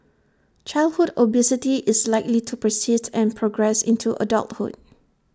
childhood obesity is likely to persist and progress into adulthood